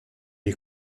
est